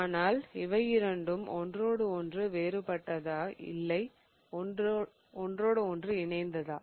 ஆனால் இவை இரண்டும் ஒன்றோடு ஒன்று வேறுபட்டதா இல்லை ஒன்று இணைந்ததா